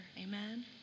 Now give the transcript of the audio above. Amen